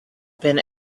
been